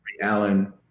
Allen